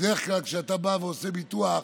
בדרך כלל כשאתה עושה ביטוח,